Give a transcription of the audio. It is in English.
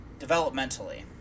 developmentally